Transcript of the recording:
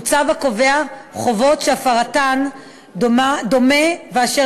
הוא צו הקובע חובות שהפרתן דומה ואשר